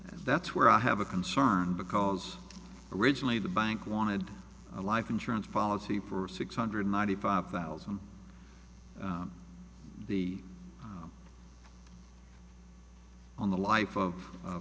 and that's where i have a concern because originally the bank wanted a life insurance policy for six hundred ninety five thousand the on the life of